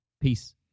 Peace